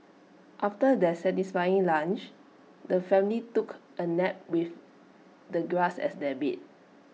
after their satisfying lunch the family took A nap with the grass as their bed